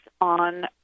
on